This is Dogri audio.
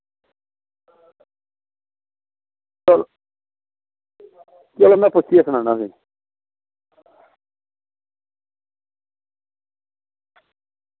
चलो में पुच्छियै सनाना तुसेंगी